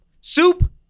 soup